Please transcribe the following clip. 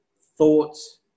thoughts